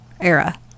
era